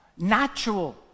natural